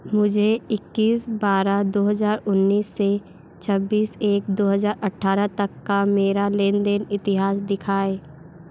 मुझे इक्कीस बारह दो हज़ार उन्निस से छब्बीस एक दो हज़ार अट्ठारह तक का मेरा लेन देन इतिहास दिखाएँ